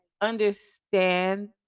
understand